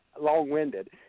long-winded